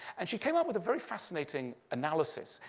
and she came up with a very fascinating analysis.